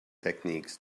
techniques